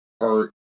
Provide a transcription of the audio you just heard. hurt